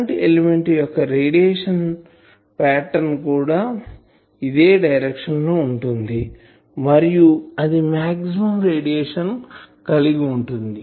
current element యొక్క radiation pattern కూడా ఇదే డైరెక్షన్ లో ఉంటుంది మరియు అది మాక్సిమం రేడియేషన్ కలిగి వుంటుంది